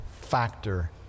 factor